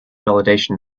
validation